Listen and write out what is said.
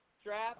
strap